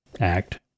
Act